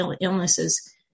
illnesses